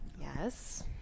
Yes